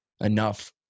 enough